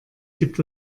gibt